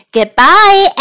Goodbye